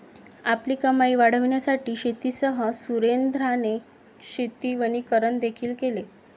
आपली कमाई वाढविण्यासाठी शेतीसह सुरेंद्राने शेती वनीकरण देखील केले